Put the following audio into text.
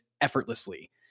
effortlessly